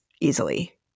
easily